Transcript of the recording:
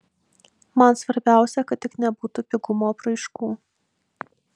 man svarbiausia kad tik nebūtų pigumo apraiškų